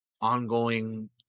ongoing